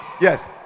Yes